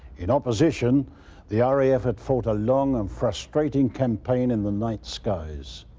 in opposition the ah raf had fought a long and frustrating campaign in the night skies.